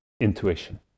intuition